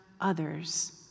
others